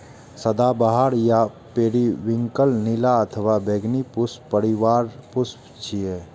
सदाबहार या पेरिविंकल नीला अथवा बैंगनी पुष्प परिवारक पुष्प छियै